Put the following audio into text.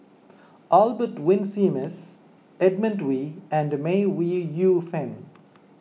Albert Winsemius Edmund Wee and May Ooi Yu Fen